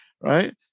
Right